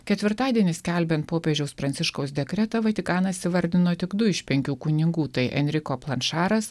ketvirtadienį skelbiant popiežiaus pranciškaus dekretą vatikanas įvardino tik du iš penkių kunigų tai enriko planšaras